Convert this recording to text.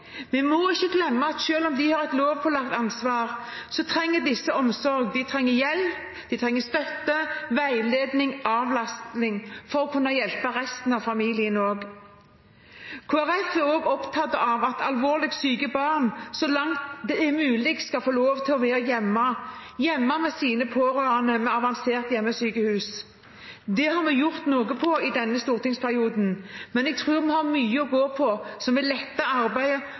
Vi må ikke glemme at selv om de har et lovpålagt ansvar, trenger disse omsorg, de trenger hjelp, de trenger støtte, veiledning og avlastning for å kunne hjelpe også resten av familien. Kristelig Folkeparti er også opptatt av at alvorlig syke barn så langt det er mulig skal få lov til å være hjemme med sine pårørende, med avansert hjemmesykehus. Det har vi gjort noe for i denne stortingsperioden, men jeg tror vi har mye å gå på, og som vil lette arbeidet